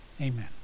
Amen